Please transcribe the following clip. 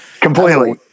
Completely